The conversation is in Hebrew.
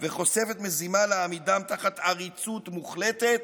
וחושפת מזימה להעמידם תחת עריצות מוחלטת,